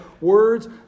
words